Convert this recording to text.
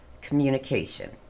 communication